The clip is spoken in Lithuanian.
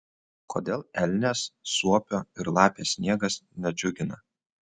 kodėl elnės suopio ir lapės sniegas nedžiugina